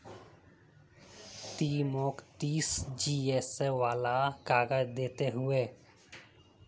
ती मौक तीस जीएसएम वाला काग़ज़ दे ते हैय्